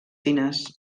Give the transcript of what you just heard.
fines